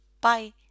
Bye